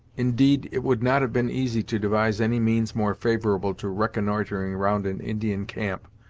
indeed, it would not have been easy to devise any means more favourable to reconnoitering round an indian camp,